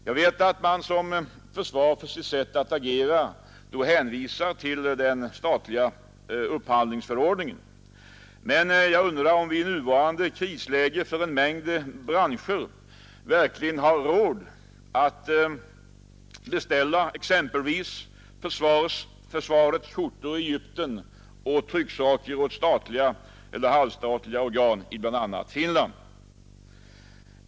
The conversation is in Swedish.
Jag vet att man som försvar för sitt sätt att agera hänvisar till den statliga upphandlingsförordningen, men jag undrar om vi i nuvarande krisläge för en mängd branscher verkligen har råd att exempelvis beställa försvarets skjortor i Egypten och trycksaker åt statliga och halvstatliga organ i bl.a. Finland.